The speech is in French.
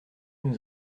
nous